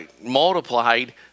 multiplied